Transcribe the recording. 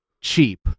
cheap